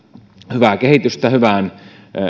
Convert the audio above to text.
hyvää kehitystä hyvään